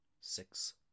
Six